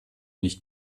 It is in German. nicht